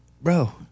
Bro